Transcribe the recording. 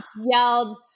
yelled